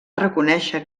reconèixer